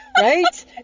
Right